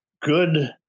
good